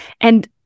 And-